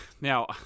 now